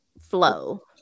flow